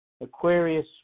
Aquarius